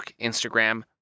Instagram